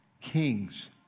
Kings